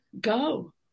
go